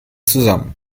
zusammen